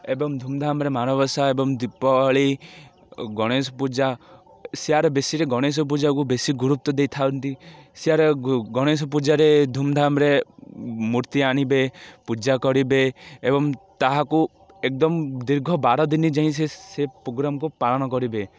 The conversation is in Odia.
ଏବଂ ଧୁମ୍ଧାମ୍ରେ ମାଣବସା ଏବଂ ଦୀପାବଳି ଗଣେଶ ପୂଜା ସିଆରେ ବେଶୀରେ ଗଣେଶ ପୂଜାକୁ ବେଶୀ ଗୁରୁତ୍ୱ ଦେଇଥାନ୍ତି ସିଆର ଗଣେଶ ପୂଜାରେ ଧୁମଧାମରେ ମୂର୍ତ୍ତି ଆଣିବେ ପୂଜା କରିବେ ଏବଂ ତାହାକୁ ଏକଦମ୍ ଦୀର୍ଘ ବାର ଦିନ ଯାଇ ସେ ସେ ପୋଗ୍ରାମ୍କୁ ପାଳନ କରିବେ